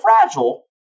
fragile